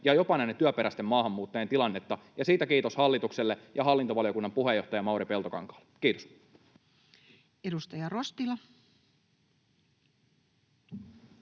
ja jopa näiden työperäisten maahanmuuttajien tilannetta, ja siitä kiitos hallitukselle ja hallintovaliokunnan puheenjohtaja Mauri Peltokankaalle. — Kiitos. [Speech 180]